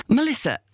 Melissa